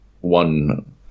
one